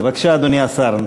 בבקשה, אדוני השר.